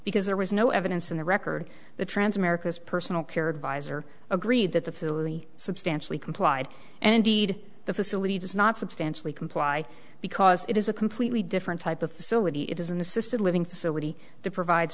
because there was no evidence in the record the trans america's personal care advisor agreed that the filly substantially complied and indeed the facility does not substantially comply because it is a completely different type of facility it is an assisted living facility the provide